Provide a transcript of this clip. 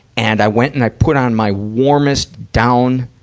and i went and i put on my warmest down,